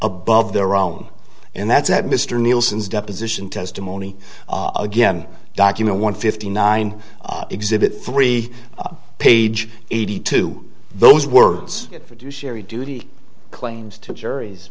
above their own and that's that mr nielsen's deposition testimony again document one fifty nine exhibit three page eighty two those words do sherry duty claims to juries